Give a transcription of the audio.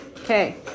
Okay